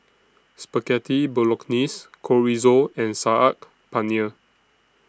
Spaghetti Bolognese Chorizo and Saag Paneer